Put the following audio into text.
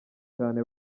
cyane